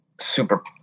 super